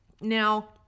Now